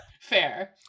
fair